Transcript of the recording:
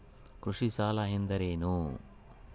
ಕೃಷಿ ಸಾಲ ಅಂದರೇನು?